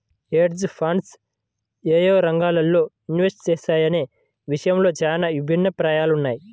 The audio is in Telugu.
హెడ్జ్ ఫండ్స్ యేయే రంగాల్లో ఇన్వెస్ట్ చేస్తాయనే విషయంలో చానా భిన్నాభిప్రాయాలున్నయ్